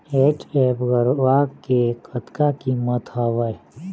HF गरवा के कतका कीमत हवए?